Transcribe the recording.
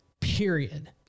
period